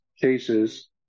cases